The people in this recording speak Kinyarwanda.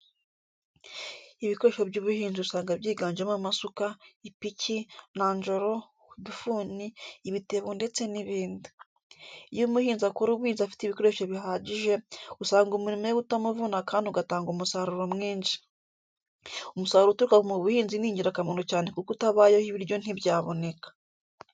Ibikoresho by'ubuhinzi usanga byingajemo amasuka, ipiki, nanjoro, udufuni, ibitebo ndetse n'ibindi. Iyo umuhinzi akora ubuhinzi afite ibikoresho bihagije, usanga umurimo we utamuvuna kandi ugatanga umusaruro mwinshi. Umusaruro uturuka mu buhinzi ni ingirakamaro cyane kuko utabayeho ibiryo ntibyaboneka.